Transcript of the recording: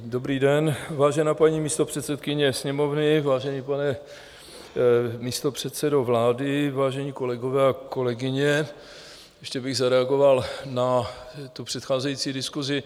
Dobrý den, vážená paní místopředsedkyně Sněmovny, vážený pane místopředsedo vlády, vážení kolegové a kolegyně, ještě bych zareagoval na předcházející diskusi.